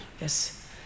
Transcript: Yes